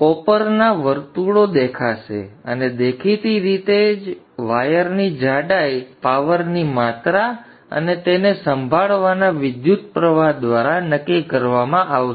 કોપરના વર્તુળો દેખાશે અને દેખીતી રીતે જ વાયરની જાડાઈ પાવરની માત્રા અને તેને સંભાળવાના વિદ્યુતપ્રવાહ દ્વારા નક્કી કરવામાં આવશે